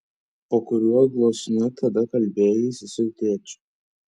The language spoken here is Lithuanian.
po kuriuo gluosniu tada kalbėjaisi su tėčiu